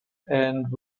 and